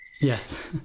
Yes